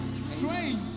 strange